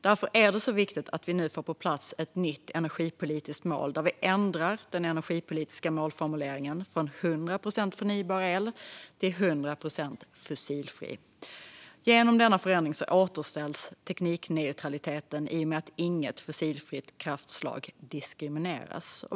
Därför är det så viktigt att vi nu får på plats ett nytt energipolitiskt mål, där vi ändrar den energipolitiska målformuleringen från 100 procent förnybar el till 100 procent fossilfri. Genom denna förändring återställs teknikneutraliteten i och med att inget fossilfritt kraftslag diskrimineras.